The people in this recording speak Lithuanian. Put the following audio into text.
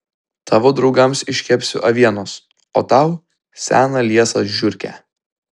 tavo draugams iškepsiu avienos o tau seną liesą žiurkę